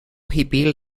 hipil